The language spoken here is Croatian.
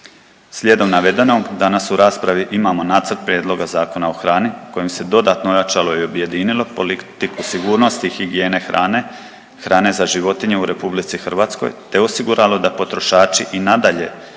Slijedom navedenog, danas u raspravi imamo Nacrt prijedloga Zakona o hrani kojim se dodatno ojačalo i objedinilo politiku sigurnosti i higijene hrane, hrane za životinje u RH te osiguralo da potrošači i nadalje